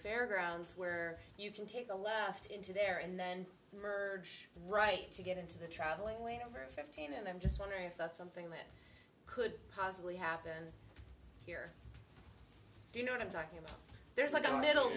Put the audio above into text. fairgrounds where you can take a left into the air and then urge right to get into the traveling over fifteen and i'm just wondering if that's something that could possibly happen here you know what i'm talking about there's like a little